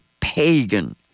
pagan